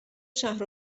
شهر